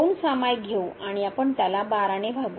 तर आपण 2 सामाईक घेऊ आणि आपण त्याला 12 ने भागू